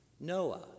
noah